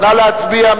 נא להצביע.